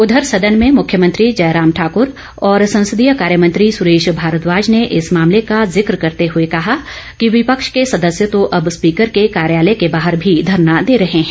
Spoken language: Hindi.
उधर सदन में मुख्यमंत्री जयराम ठाकर और संसदीय कार्यमंत्री सुरेश भारद्वाज ने इस मामले का जिक्र करते हुए कहा कि विपक्ष के सदस्य तो अब स्पीकर के कार्यालय के बाहर भी धरना दे रहे हैं